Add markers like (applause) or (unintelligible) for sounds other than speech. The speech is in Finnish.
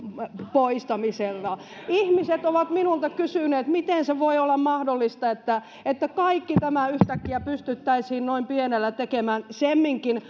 poistamisella ihmiset ovat minulta kysyneet miten se voi olla mahdollista että että kaikki tämä yhtäkkiä pystyttäisiin noin pienellä tekemään semminkin (unintelligible)